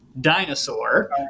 Dinosaur